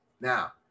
now